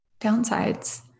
Downsides